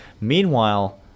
Meanwhile